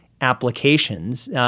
applications